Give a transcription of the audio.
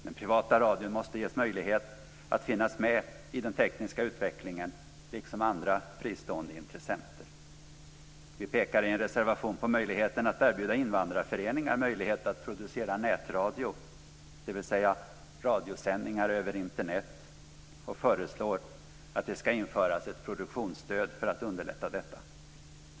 Den privata radion måste ges möjlighet att finnas med i den tekniska utvecklingen, liksom andra fristående intressenter. Vi pekar i en reservation på möjligheten att erbjuda invandrarföreningar chansen att producera nätradio, dvs. radiosändningar över Internet, och föreslår att det ska införas ett produktionsstöd för att underlätta detta.